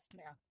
now